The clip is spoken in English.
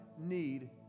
need